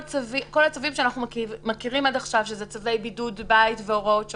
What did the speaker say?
כל הצווים שאנחנו מכירים עד עכשיו צווי בידוד בית והוראות שונות,